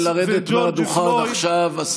אני מבקש לרדת מהדוכן עכשיו.